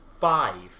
five